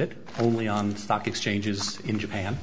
it only on stock exchanges in japan